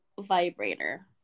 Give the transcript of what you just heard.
vibrator